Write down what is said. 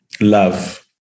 love